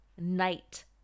night